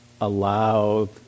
allow